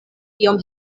iom